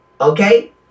okay